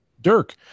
Dirk